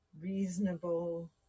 reasonable